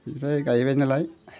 ओमफ्राय गायबाय नालाय